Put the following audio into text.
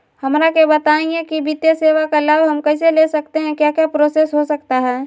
हमरा के बताइए की वित्तीय सेवा का लाभ हम कैसे ले सकते हैं क्या क्या प्रोसेस हो सकता है?